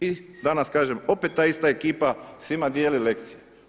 I danas kažem opet ta ista ekipa svima dijeli lekcije.